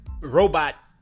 robot